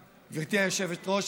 היושבת-ראש,